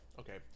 okay